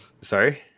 sorry